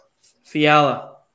Fiala